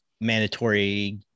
mandatory